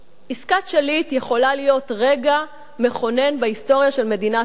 עסקת שליט יכולה להיות רגע מכונן בהיסטוריה של מדינת ישראל,